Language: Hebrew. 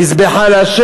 נזבחה לה'.